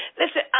Listen